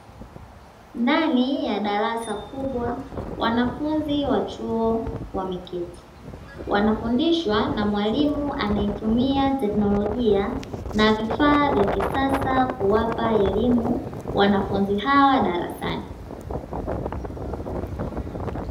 Ndani ya darasa kubwa, wanafunzi wa chuo wamekaa. Wanafundishwa na mwalimu anayetumia teknolojia na vifaa vya kisasa kuwapa elimu wanafunzi hawa darasani.